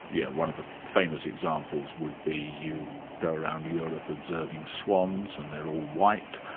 yeah one of the famous examples would be, you go around europe observing swans and they're all white,